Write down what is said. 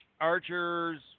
Archer's